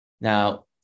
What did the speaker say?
Now